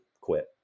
quit